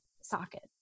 socket